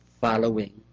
following